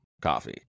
coffee